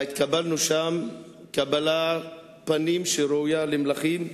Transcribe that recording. והתקבלנו שם קבלת פנים שראויה למלכים.